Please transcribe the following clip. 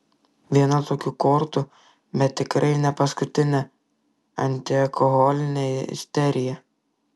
viena tokių kortų bet tikrai ne paskutinė antialkoholinė isterija